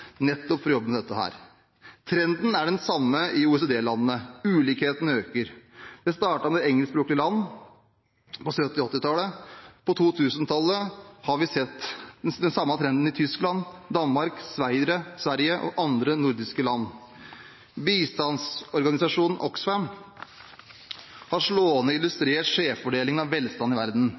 nettopp for å jobbe med dette. Trenden er den samme i OECD-landene: Ulikhetene øker. Det startet med engelskspråklige land på 1970–1980-tallet. På 2000-tallet har vi sett den samme trenden i Tyskland, Danmark, Sverige og andre nordiske land. Bistandsorganisasjonen Oxfam har slående illustrert skjevfordelingen av velstand i verden.